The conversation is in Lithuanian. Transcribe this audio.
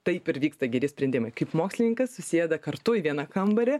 taip ir vyksta geri sprendimai kaip mokslininkas susėda kartu į vieną kambarį